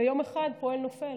ויום אחד פועל נופל.